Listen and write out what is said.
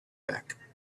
back